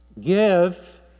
Give